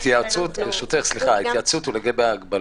התייעצות לגבי ההגבלות,